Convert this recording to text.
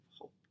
hope